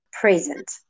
present